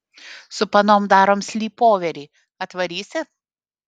su panom darom slypoverį atvarysi